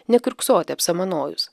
nekiurksoti apsamanojus